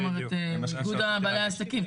מאיגוד בעלי העסקים.